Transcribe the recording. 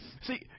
See